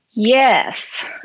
Yes